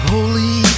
Holy